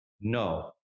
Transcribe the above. no